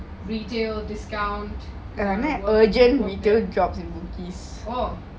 retail discount oh